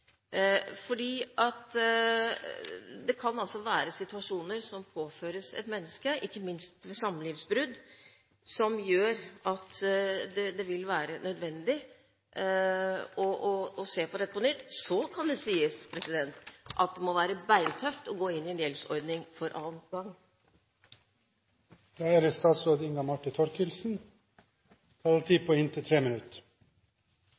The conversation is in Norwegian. det kan være situasjoner som påføres et menneske, ikke minst ved samlivsbrudd, som gjør at det vil være nødvendig å se på dette på nytt. Så kan det sies at det må være beintøft å gå inn i en gjeldsordning for annen gang. Jeg takker for de positive ordene fra interpellant Marit Nybakk. Dette er